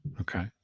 Okay